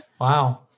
Wow